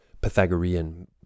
Pythagorean